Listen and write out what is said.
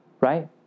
Right